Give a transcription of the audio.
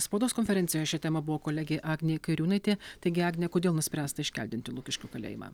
spaudos konferencijoj šia tema buvo kolegė agnė kairiūnaitė taigi agne kodėl nuspręsta iškeldinti lukiškių kalėjimą